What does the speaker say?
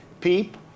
PEEP